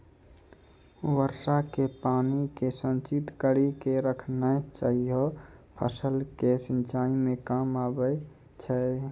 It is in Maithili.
वर्षा के पानी के संचित कड़ी के रखना चाहियौ फ़सल के सिंचाई मे काम आबै छै?